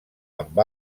amb